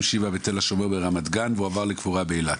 שיבא-תל השומר ברמת גן והועבר לקבורה באילת.